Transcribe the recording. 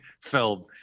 film